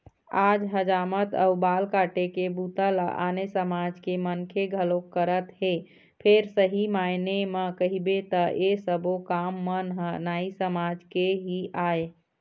आज हजामत अउ बाल काटे के बूता ल आने समाज के मनखे घलोक करत हे फेर सही मायने म कहिबे त ऐ सब्बो काम मन ह नाई समाज के ही आय